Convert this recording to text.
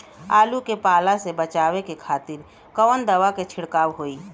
आलू के पाला से बचावे के खातिर कवन दवा के छिड़काव होई?